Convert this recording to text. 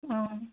অঁ